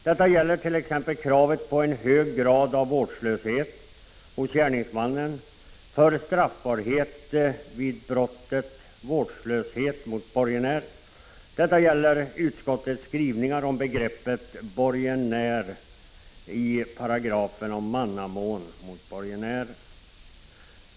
Detta gäller t.ex. kravet på en hög grad av vårdslöshet hos gärningsmannen för straffbarhet vid brottet vårdslöshet mot borgenärer. Detsamma gäller utskottets skrivningar om begreppet borgenär i paragrafen om mannamån mot borgenärer.